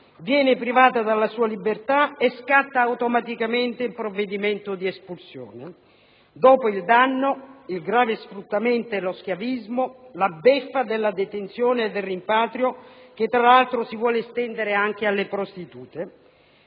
viene privata della sua libertà e scatta automaticamente il provvedimento di espulsione. Dopo il danno, il grave sfruttamento e lo schiavismo, la beffa della detenzione e del rimpatrio, che tra l'altro si vuole estendere anche alle prostitute.